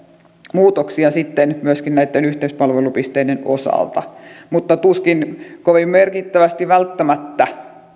muutoksia sitten myöskin näitten yhteispalvelupisteiden osalta mutta tuskin kovin merkittävästi välttämättä